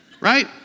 Right